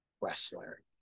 wrestler